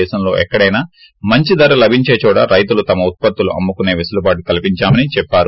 దేశంలో ఎక్కడైనా మంచిధర లభించిన చోట రైతులు తమ ఉత్పత్తులు అమ్మ కునే వెసులుబాటు కల్సించామని చెప్పారు